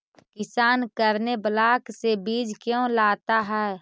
किसान करने ब्लाक से बीज क्यों लाता है?